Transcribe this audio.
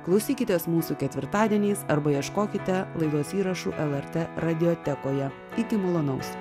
klausykitės mūsų ketvirtadieniais arba ieškokite laidos įrašų lrt radijo teko ją itin malonaus